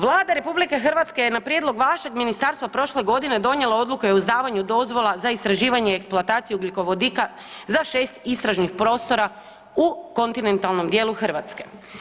Vlada RH je na prijedlog vašeg ministarstva prošle godine donijela odluku o izdavanju dozvola za istraživanje i eksploataciju ugljikovodika za 6 istražnih prostora u kontinentalnom dijelu Hrvatske.